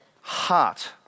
heart